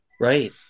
right